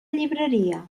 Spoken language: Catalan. llibreria